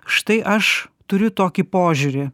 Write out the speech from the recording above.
štai aš turiu tokį požiūrį